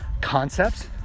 concepts